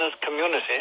community